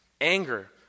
Anger